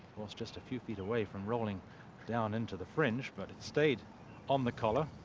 was just a few feet away from rolling down into the fringe, but it stayed on the collar.